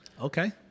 Okay